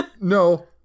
No